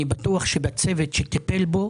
אני בטוח שבצוות שטיפל בו